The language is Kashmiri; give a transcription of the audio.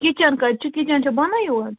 کِچَن کَتہِ چھُ کِچَن چھا بۅنے یوت